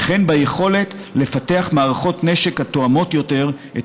וכן וביכולת לפתח מערכות נשק התואמות יותר את